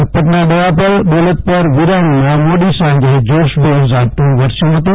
લખપતના દયાપર દોલતપરવિરાણીમાં મોડી સાંજે જોશભેર ઝાપટું વરસ્યું હતું